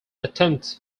attempts